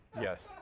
yes